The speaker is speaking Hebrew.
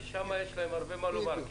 ושם יש להם הרבה מה לומר,